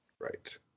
Right